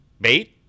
bait